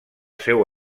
seu